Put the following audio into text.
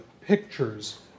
Pictures